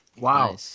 Wow